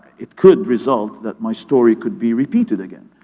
it could result that my story could be repeated again.